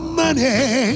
money